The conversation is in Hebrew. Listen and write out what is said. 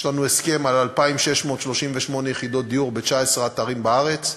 יש לנו הסכם על 2,638 יחידות דיור ב-19 אתרים בארץ.